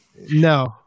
No